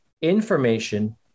information